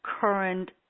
current